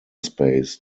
space